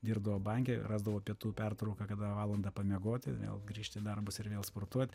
dirbdavo banke rasdavo pietų pertrauką kada valandą pamiegoti vėl grįžti į darbus ir vėl sportuot